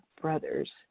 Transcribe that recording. brothers